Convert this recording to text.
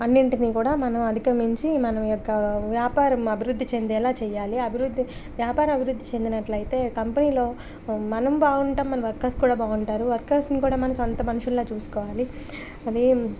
అన్నింటిని కూడా మనం అధికమించి మన యొక్క వ్యాపారం అభివృద్ధి చెందేలా చెయాలి అభివృద్ధి వ్యాపారం అభివృద్ధ చెందినట్లయితే కంపెనీలో మనం బాగుంటాం మన వర్కర్స్ కూడా బాగుంటారు వర్కర్స్ని కూడా మనం సొంత మనుషుల్లా చూసుకోవాలి అది